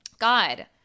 God